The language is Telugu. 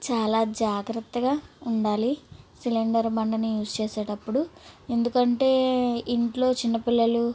చాలా జాగ్రత్తగా ఉండాలి సిలిండర్ బండని యూజ్ చేసేటప్పుడు ఎందుకంటే ఇంట్లో చిన్న పిల్లలు